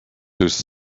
whose